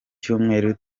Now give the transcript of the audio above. cyumweru